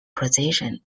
position